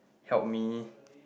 help me